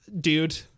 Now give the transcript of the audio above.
dude